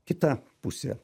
kita pusė